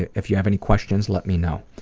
if you have any questions, let me know.